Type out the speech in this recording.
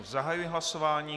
Zahajuji hlasování.